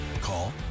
Call